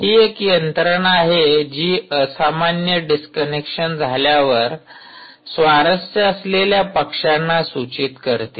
हि एक यंत्रणा आहे जी असामान्य डिस्कनेक्शन झाल्यावर स्वारस्य असलेल्या पक्षांना सूचित करते